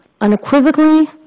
unequivocally